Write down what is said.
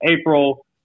April